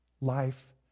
life